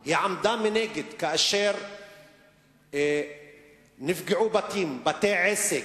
היא עמדה מנגד כאשר נפגעו בתים, בתי-עסק,